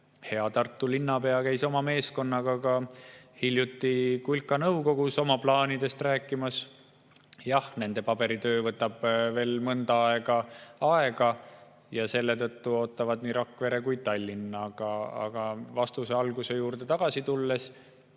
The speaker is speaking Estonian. Hea Tartu linnapea käis oma meeskonnaga hiljuti kulka nõukogus oma plaanidest rääkimas. Jah, nende paberitöö võtab veel mõnda aega aega ja selle tõttu ootavad nii Rakvere kui ka Tallinn. Aga vastuse alguse juurde tagasi tulles